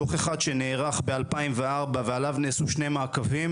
דוח אחד שנערך ב-2004 ועליו נעשו שני מעקבים.